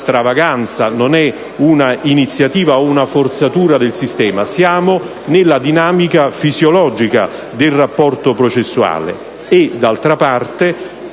stravaganza, una iniziativa o una forzatura del sistema: siamo nella dinamica fisiologica del rapporto processuale. D'altra parte,